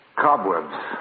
cobwebs